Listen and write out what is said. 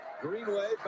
Greenway